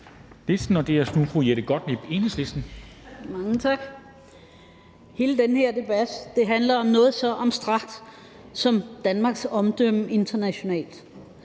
14:07 (Privatist) Jette Gottlieb (EL): Mange tak. Hele den her debat handler om noget så abstrakt som Danmarks omdømme internationalt.